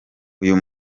uyu